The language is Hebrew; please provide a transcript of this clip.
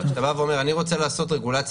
אבל אתה אומר שאתה רוצה לעשות רגולציה